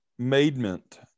Maidment